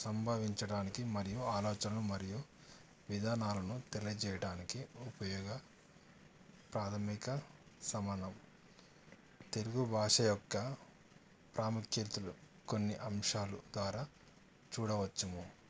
సంభావించడానికి మరియు ఆలోచనలు మరియు విధానాలను తెలియజేయడానికి ఉపయోగ ప్రాథమిక సమానం తెలుగు భాష యొక్క ప్రాముఖ్యతలు కొన్ని అంశాలు ద్వారా చూడవచ్చుము